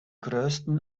größten